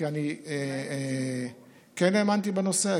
כי אני כן האמנתי בנושא,